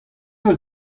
eus